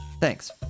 Thanks